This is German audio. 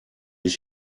ich